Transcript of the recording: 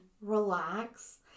relax